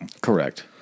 correct